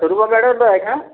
सुर्गो madam ब आहे का